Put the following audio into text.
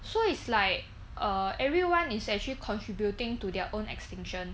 so is like err everyone is actually contributing to their own extinction